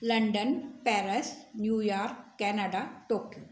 London Paris New York Canada Tokyo